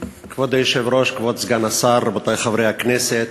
כבוד היושב-ראש, כבוד סגן השר, רבותי חברי הכנסת,